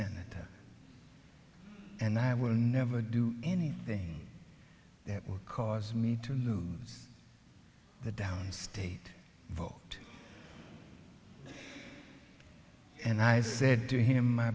senator and i will never do any thing that would cause me to lose the downstate vote and i said to him my